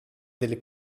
delle